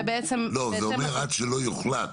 ובעצם --- לא, זה אומר שעד שלא יוחלט